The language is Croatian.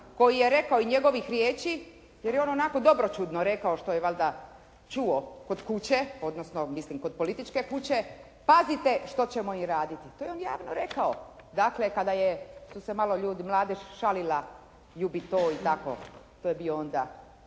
koji je rekao i njegovih riječi, jer je ono onako dobroćudno rekao što je valjda čuo kod kuće, odnosno mislim kod političke kuće, "pazite što ćemo im onda raditi", to je on javno rekao. Dakle, kada je, tu se malo ljudi, mladež šalila, …/Govornik se ne razumije./…